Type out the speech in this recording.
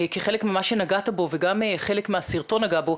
כחלק ממה שנגעת בו וגם חלק מהסרטון נגע בו,